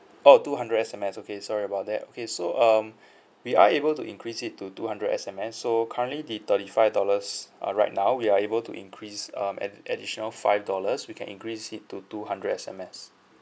oh two hundred S_M_S okay sorry about that okay so um we are able to increase it to two hundred S_M_S so currently the thirty five dollars uh right now we are able to increase um an additional five dollars we can increase it to two hundred S_M_S